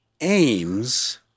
aims